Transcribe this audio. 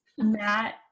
Matt